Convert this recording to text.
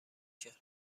کرد